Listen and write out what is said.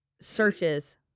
searches